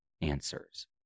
answers